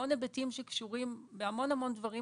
המון היבטים שקשורים בהמון דברים